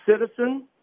citizen